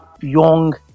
young